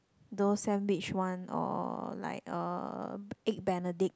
those sandwich one or like uh Egg Benedict